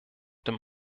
dem